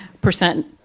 percent